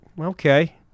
okay